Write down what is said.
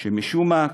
שמשום מה,